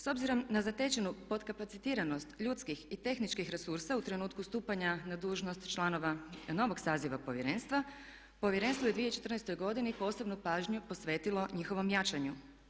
S obzirom na zatečenu podkapacitiranost ljudskih i tehničkih resursa u trenutku stupanja na dužnost članova novog saziva Povjerenstva, Povjerenstvo je u 2014. godini posebnu pažnju posvetilo njihovom jačanju.